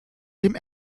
dem